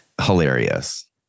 hilarious